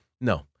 No